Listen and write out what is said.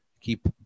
Keep